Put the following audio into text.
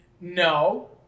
No